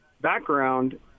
background